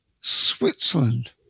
switzerland